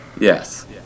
Yes